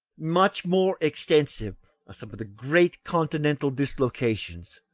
much more extensive are some of the great continental dislocations,